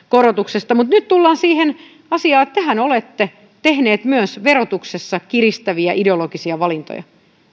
korotuksesta mutta nyt tullaan siihen asiaan että tehän olette tehneet myös verotuksessa kiristäviä ideologisia valintoja